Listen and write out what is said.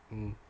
mmhmm